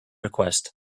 request